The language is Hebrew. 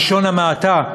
בלשון המעטה,